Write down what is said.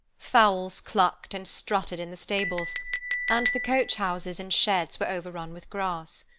fowls clucked and strutted in the stables and the coach-houses and sheds were over-run with grass.